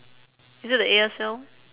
is it the A_S_L